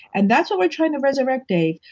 and that's what we're trying to resurrect, dave,